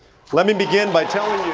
let me begin by telling you.